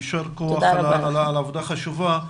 יישר כח על העבודה החשובה.